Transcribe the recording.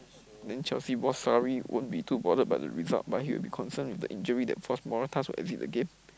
then Chelsea boss Sarri won't be too bothered by the result but he'll be concerned with the injury that force Morata to exit the game